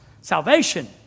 Salvation